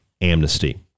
amnesty